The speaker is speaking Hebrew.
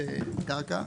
תקשורת בקרקע,